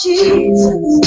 Jesus